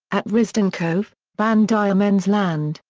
at risdon cove, van diemen's land,